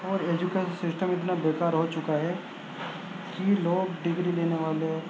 اور education system اتنا بیکار ہو چکا ہے کہ لوگ ڈگری لینے والے